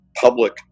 Public